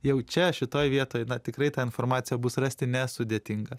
jau čia šitoj vietoj na tikrai tą informaciją bus rasti nesudėtinga